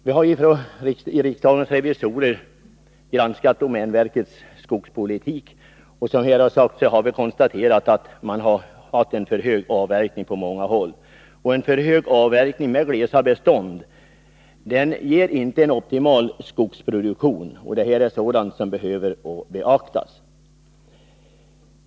Vi har från riksdagens revisorers sida granskat domänverkets skogspolitik och kunnat konstatera att man på många håll haft för hög avverkning. En för hög avverkning, med glesa bestånd, ger inte en optimal skogsproduktion. Detta är någonting som behöver beaktas.